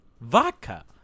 vodka